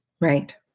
Right